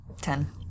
Ten